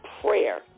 prayer